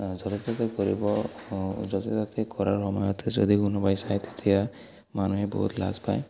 য'তে ত'তে কৰিব য'তে ত'তে কৰাৰ সময়তে যদি কোনোবাই চায় তেতিয়া মানুহে বহুত লাজ পায়